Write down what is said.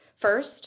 First